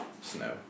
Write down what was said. Snow